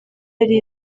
yari